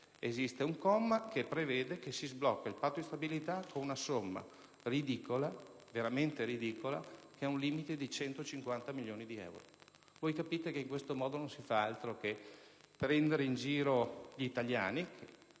Esiste un comma che prevede che si sblocchi il Patto di stabilità con una somma veramente ridicola, che ha un limite di 150 milioni di euro. In questo modo non si fa altro che prendere in giro gli italiani